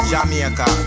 Jamaica